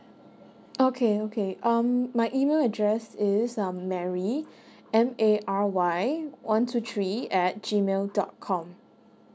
okay okay um my email address is um mary M A R Y one two three at G mail dot com